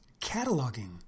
cataloging